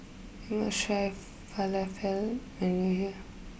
you must try Falafel when you are here